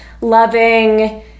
loving